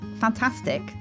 fantastic